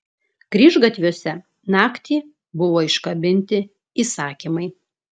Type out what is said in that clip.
kryžgatviuose naktį buvo iškabinti įsakymai